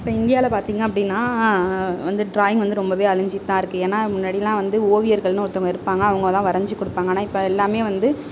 இப்போ இந்தியாவில் பார்த்திங்க அப்படின்னா வந்து டிராயிங் வந்து ரொம்பவே அழிஞ்சுட்டு தான் இருக்குது ஏன்னால் முன்னாடியெலாம் வந்து ஓவியர்களென்னு ஒருத்தவங்க இருப்பாங்க அவங்க தான் வரைஞ்சி கொடுப்பாங்க ஆனால் இப்போ எல்லாமே வந்து